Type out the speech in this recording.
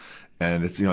and it's, you know,